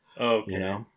Okay